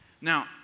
Now